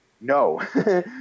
No